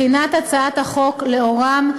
בחינת הצעת החוק לאורם,